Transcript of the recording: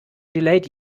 delayed